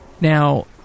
Now